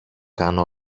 κάνω